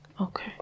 Okay